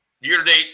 year-to-date